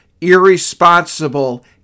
irresponsible